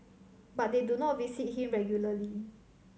but they do not visit him regularly